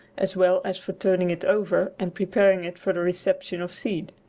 as well as for turning it over and preparing it for reception of seed.